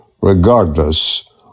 regardless